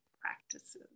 practices